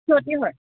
ক্ষতি হয়